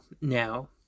now